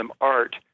art